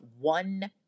one